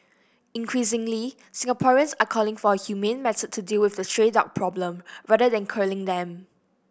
increasingly Singaporeans are calling for a humane method to deal with the stray dog problem rather than culling them